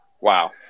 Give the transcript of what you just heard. wow